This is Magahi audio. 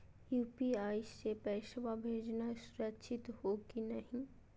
यू.पी.आई स पैसवा भेजना सुरक्षित हो की नाहीं?